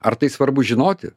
ar tai svarbu žinoti